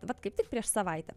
vat kaip tik prieš savaitę